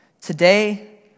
today